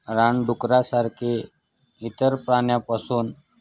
रानडुकरासारखे इतर प्राण्यापासून